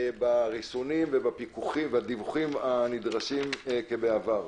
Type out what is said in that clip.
בריסונים ובפיקוחים והדיווחים הנדרשים כבעבר.